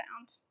found